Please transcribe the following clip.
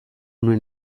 nuen